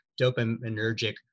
dopaminergic